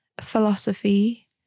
philosophy